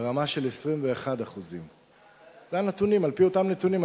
ברמה של 21%. אלה הנתונים, על-פי אותם נתונים.